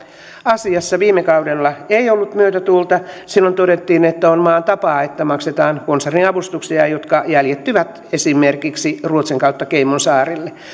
asiassa viime kaudella ei ollut myötätuulta silloin todettiin että on maan tapa että maksetaan konserniavustuksia jotka jäljittyvät esimerkiksi ruotsin kautta caymansaarille